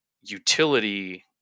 utility